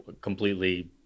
completely